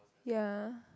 ya